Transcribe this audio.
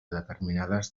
determinades